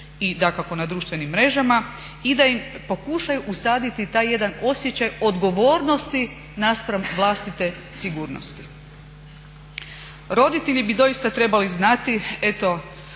i dakako na društvenim mrežama i da im pokušaju usaditi taj jedan osjećaj odgovornosti naspram vlastite sigurnosti. Roditelji bi doista trebali znati, eto